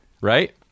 Right